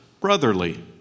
brotherly